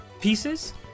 pieces